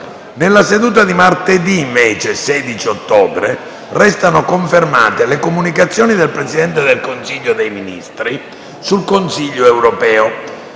Nella seduta di martedì 16 ottobre restano confermate le comunicazioni del Presidente del Consiglio dei ministri sul Consiglio europeo.